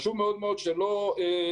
חשוב מאוד מאוד שלא נדרוך,